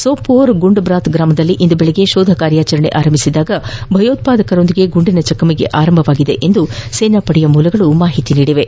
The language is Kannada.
ಸಹೋರೆಯ ಗುಂಡ್ಬ್ರಾತ್ ಗ್ರಾಮದಲ್ಲಿ ಇಂದು ಬೆಳಿಗ್ಗೆ ಶೋಧಕಾರ್ಯಚರಣೆ ಆರಂಭಿಸಿದಾಗ ಭಯೋತ್ವಾದಕರೊಂದಿಗೆ ಗುಂಡಿನ ಚಕಮಕಿ ಪ್ರಾರಂಭವಾಗಿದೆ ಎಂದು ಸೇನಾ ಮೂಲಗಳು ತಿಳಿಸಿವೆ